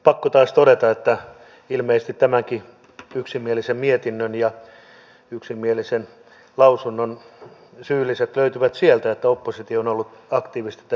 pakko taas todeta että ilmeisesti tämänkin yksimielisen mietinnön ja yksimielisen lausunnon syylliset löytyvät sieltä että oppositio on ollut aktiivisesti tässä mukana